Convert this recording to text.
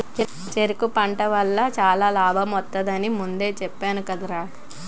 చెరకు పంట వల్ల చాలా లాభమొత్తది అని ముందే చెప్పేను కదరా?